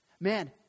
man